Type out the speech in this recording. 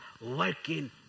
working